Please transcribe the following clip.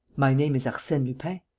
my name is arsene lupin.